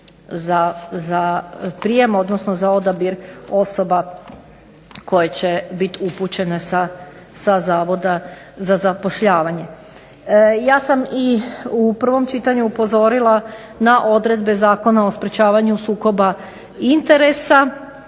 za prijem odnosno za odabir osoba koje će biti upućene sa Zavoda za zapošljavanje. Ja sam u prvom čitanju upozorila na odredbe Zakona o sprečavanje sukoba interesa